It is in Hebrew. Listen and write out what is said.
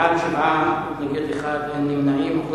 בעד, 7, נגד, 1, ואין נמנעים.